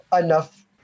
enough